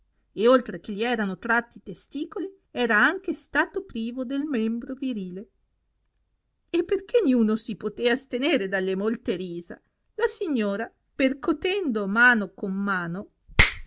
e oltre che gli erano tratti i testicoli era anco stato privo del membro virile e perché ninno si potea astenere dalle molte risa la signora percotendo mano con mano